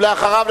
ואחריו,